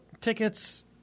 tickets